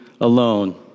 alone